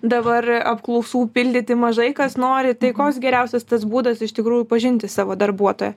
dabar apklausų pildyti mažai kas nori tai koks geriausias tas būdas iš tikrųjų pažinti savo darbuotoją